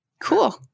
Cool